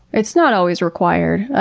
it's not always required,